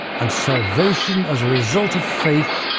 and salvation as a result of faith.